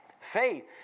Faith